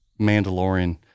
Mandalorian